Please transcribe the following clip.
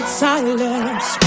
silence